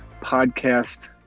podcast